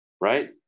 right